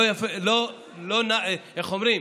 איך אומרים?